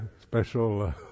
special